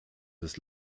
des